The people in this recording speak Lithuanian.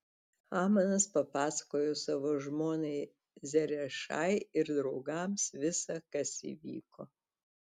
hamanas papasakojo savo žmonai zerešai ir draugams visa kas įvyko